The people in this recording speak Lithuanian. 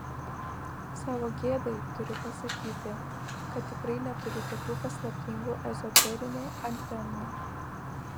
savo gėdai turiu pasakyti kad tikrai neturiu tokių paslaptingų ezoterinių antenų